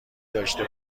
داشته